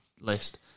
list